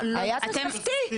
תוספתי.